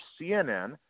CNN